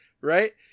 right